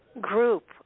group